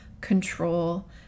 control